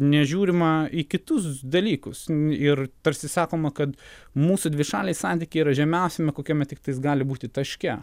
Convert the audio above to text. nežiūrima į kitus dalykus ir tarsi sakoma kad mūsų dvišaliai santykiai yra žemiausiame kokiame tiktais gali būti taške